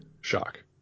shock